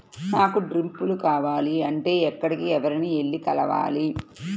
నాకు డ్రిప్లు కావాలి అంటే ఎక్కడికి, ఎవరిని వెళ్లి కలవాలి?